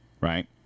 right